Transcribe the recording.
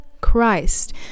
christ